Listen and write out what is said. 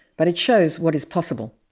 but it shows what is possible,